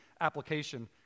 application